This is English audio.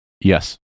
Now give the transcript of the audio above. Yes